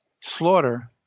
slaughter